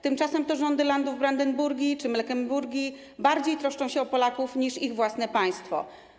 Tymczasem to rządy landów Brandenburgii czy Meklemburgii bardziej troszczą się o Polaków niż ich własne państwo.